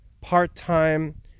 part-time